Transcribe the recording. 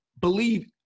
believe